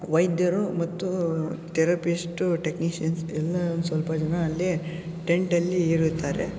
ವೈದ್ಯರು ಮತ್ತು therapist technicians ಎಲ್ಲ ಒಂದು ಸ್ವಲ್ಪ ಜನ ಅಲ್ಲೇ ಟೆಂಟಲ್ಲಿ ಇರುತ್ತಾರೆ